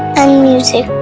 and music.